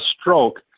stroke